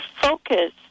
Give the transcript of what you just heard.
focus